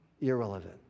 irrelevant